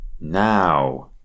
Now